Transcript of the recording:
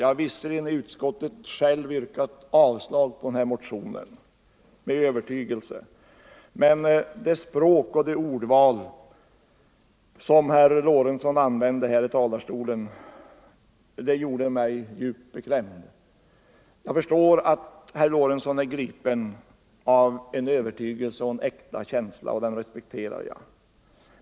Jag har visserligen i utskottet med övertygelse själv yrkat avslag på den här motionen. Men det språk och det ordval som herr Lorentzon använde här i talarstolen gjorde mig djupt beklämd. Jag förstår att herr Lorentzon är gripen av en övertygelse och en äkta känsla, och det respekterar jag.